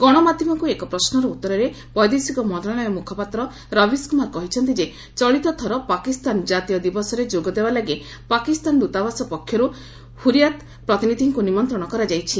ଗଣମାଧ୍ୟମକୁ ଏକ ପ୍ରଶ୍ୱର ଉତ୍ତରରେ ବୈଦେଶିକ ମନ୍ତ୍ରଣାଳୟ ମୁଖପାତ୍ର ରବିଶ୍ କୁମାର କହିଛନ୍ତି ଯେ ଚଳିତ ଥର ପାକିସ୍ତାନ ଜାତୀୟ ଦିବସରେ ଯୋଗଦେବା ଲାଗି ପାକିସ୍ତାନ ଦୂତାବାଦ ପକ୍ଷରୁ ହୁରିଆତ୍ ପ୍ରତିନିଧିଙ୍କୁ ନିମନ୍ତ୍ରଣ କରାଯାଇଛି